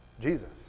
Jesus